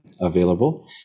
available